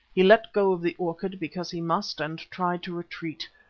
he let go of the orchid because he must and tried to retreat.